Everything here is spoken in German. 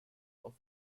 auf